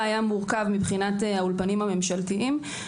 היה מורכב מבחינת האולפנים הממשלתיים.